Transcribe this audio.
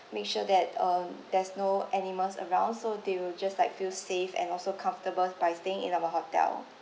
make sure that um there's no animals around so they will just like feel safe and also comfortable by staying in our hotel